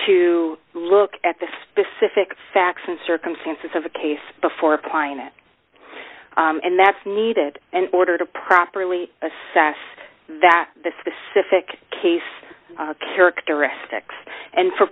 to look at the specific facts and circumstances of the case before applying it and that's needed in order to properly assess that the specific case characteristics and for